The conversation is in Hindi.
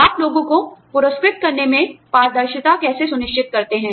आप लोगों को पुरस्कृत करने में पारदर्शिता कैसे सुनिश्चित करते हैं